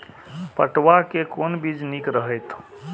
पटुआ के कोन बीज निक रहैत?